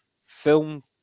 film